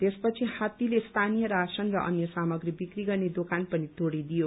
त्यसपछि हात्तीले स्थानीय राशन र अन्य सामग्री बिक्री गर्न दोकान पनि तोड़ी दियो